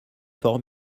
fort